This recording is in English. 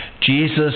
Jesus